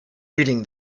reading